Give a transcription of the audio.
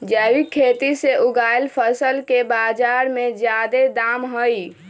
जैविक खेती से उगायल फसल के बाजार में जादे दाम हई